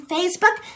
Facebook